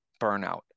burnout